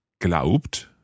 glaubt